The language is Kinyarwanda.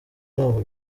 ntaho